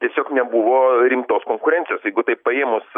tiesiog nebuvo rimtos konkurencijos jeigu taip paėmus